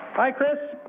hi, chris.